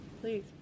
please